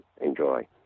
enjoy